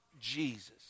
Jesus